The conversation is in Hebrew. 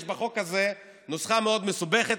יש בחוק הזה נוסחה מאוד מסובכת.